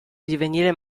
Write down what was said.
divenire